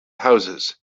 houses